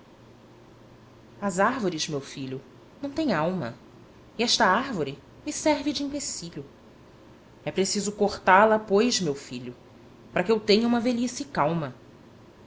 as árvores meu filho não têm alma e esta árvore me serve de empecilho é preciso cortá la pois meu filho para que eu tenha uma velhice calma